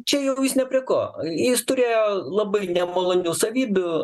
čia jau jis ne prie ko jis turėjo labai nemalonių savybių